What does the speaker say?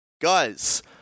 Guys